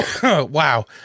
Wow